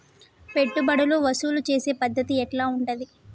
పెట్టుబడులు వసూలు చేసే పద్ధతి ఎట్లా ఉంటది?